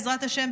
בעזרת השם,